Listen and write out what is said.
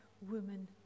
women